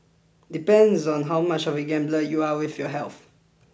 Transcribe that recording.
depends on how much of a gambler you are with your health